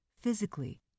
Physically